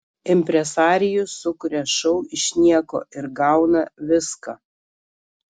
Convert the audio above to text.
impresarijus sukuria šou iš nieko ir gauna viską